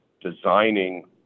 designing